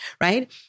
right